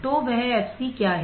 तो वह fc क्या है